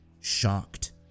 shocked